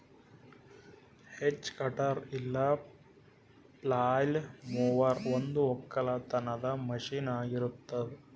hedge cutter ಇಲ್ಲ flail mower ಒಂದು ಒಕ್ಕಲತನದ ಮಷೀನ್ ಆಗಿರತ್ತುದ್